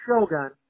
shogun